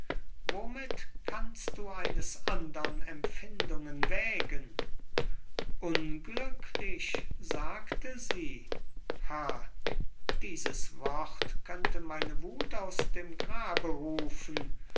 empfinden womit kannst du eines andern empfindungen wägen unglücklich sagte sie ha dieses wort könnte meine wuth aus dem grabe rufen